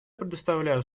предоставляю